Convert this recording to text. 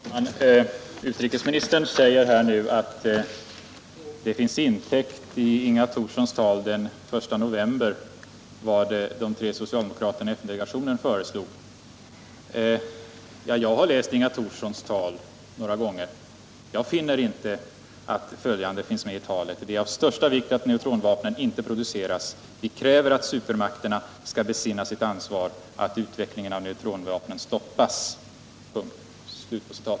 Herr talman! Utrikesministern säger nu att vad de tre socialdemokraterna i FN-delegationen föreslog finns intäckt i Inga Thorssons tal den 1 november. Jag har läst Inga Thorssons tal några gånger, men jag finner inte att följande finns med i talet: Det är av största vikt att neutronvapnen inte produceras. Vi kräver att supermakterna skall besinna sitt ansvar och att utvecklingen av neutronvapnen stoppas.